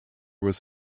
was